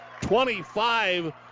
25